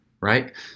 right